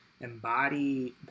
embody